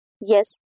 Yes